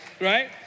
right